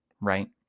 right